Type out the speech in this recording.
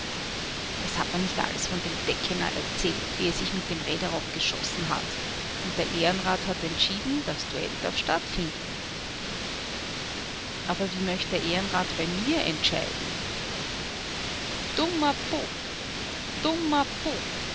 was hat man nicht alles von dem deckener erzählt wie er sich mit dem rederow geschossen hat und der ehrenrat hat entschieden das duell darf stattfinden aber wie möcht der ehrenrat bei mir entscheiden dummer bub dummer